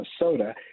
Minnesota